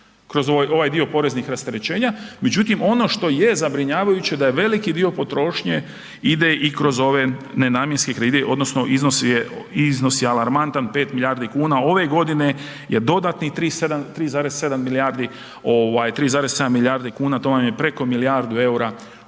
kroz ovaj dio poreznih rasterećenja, međutim ono što je zabrinjavajuće da veliki dio potrošnje ide i kroz ove nenamjenske kredite odnosno iznos je, iznos je alarmantan 5 milijardi kuna ove godine je dodatnih 3,7 milijardi ovaj 3,7 milijardi kuna